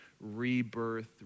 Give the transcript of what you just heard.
rebirth